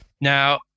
Now